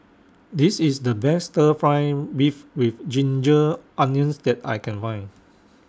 This IS The Best Stir Fry Beef with Ginger Onions that I Can Find